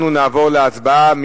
אנחנו נעבור להצבעה.